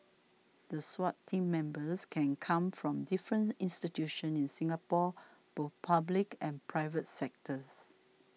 the Swat team members can come from different institutions in Singapore both public and private sectors